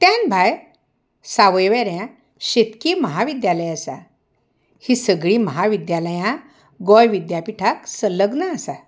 त्यान भायर सावयवेऱ्या शेतकी महाविद्यालय आसा हीं सगलीं महाविद्यालयां गोंय विद्यापिठाक संलग्न आसा